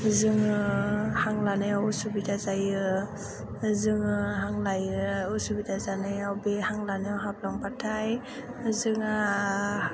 जों हां लानायाव उसुबिदा जायो जों हां लायो उसुबिदा जानायाव बे हां लानायाव हाबलांब्लाथाय जोंहा